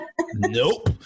Nope